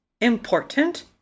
important